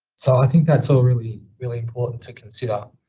so i think that's all really, really important to consider.